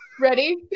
Ready